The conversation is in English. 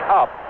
up